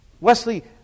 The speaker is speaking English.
Wesley